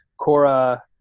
Cora